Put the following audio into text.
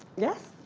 yes.